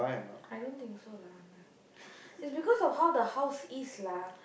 I don't think so lah Anand is because of how the house is lah